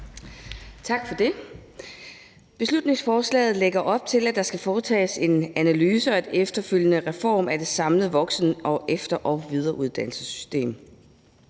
Tak for det. Beslutningsforslaget lægger op til, at der skal foretages en analyse og en efterfølgende reform af det samlede voksen-, efter- og videreuddannelsessystem.